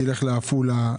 תלך לעפולה,